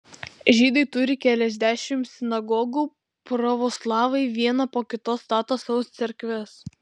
žydai turi keliasdešimt sinagogų pravoslavai vieną po kitos stato sau cerkves